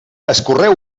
escorreu